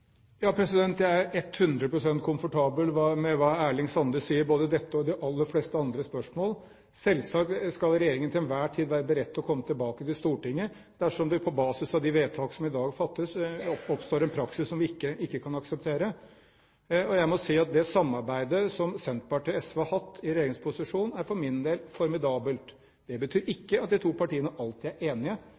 Ja, jeg er 100 pst. komfortabel med hva Erling Sande sier, både i dette og i de fleste andre spørsmål. Selvsagt skal regjeringen til enhver tid være beredt til å komme tilbake til Stortinget dersom det på basis av de vedtak som i dag fattes, oppstår en praksis som vi ikke kan akseptere. Jeg må si at det samarbeidet som Senterpartiet og SV har hatt i regjeringsposisjon, for min del er formidabelt. Det betyr ikke at de to partiene alltid er enige.